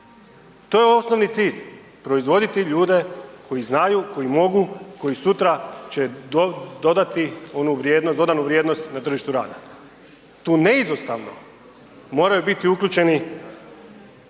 To je osnovni cilj, proizvoditi ljude koji znaju, koji mogu, koji sutra će dodati onu vrijednost dodanu vrijednost na tržištu rada. Tu neizostavno moraju biti uključeni